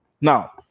Now